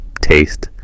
taste